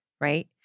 right